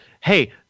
Hey